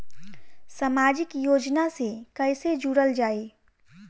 समाजिक योजना से कैसे जुड़ल जाइ?